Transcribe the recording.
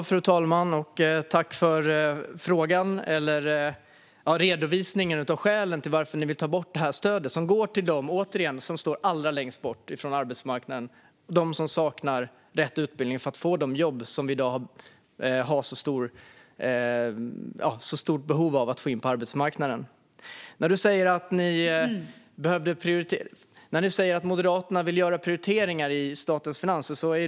Fru talman! Tack för redovisningen av skälen till att ni vill ta bort stödet, Marie-Louise Hänel Sandström! Återigen: Det går till dem som står allra längst från arbetsmarknaden och som saknar rätt utbildning för att få de jobb där vi i dag har ett stort behov på arbetsmarknaden. Moderaterna säger att de vill göra prioriteringar i statens finanser.